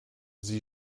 sie